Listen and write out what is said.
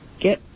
get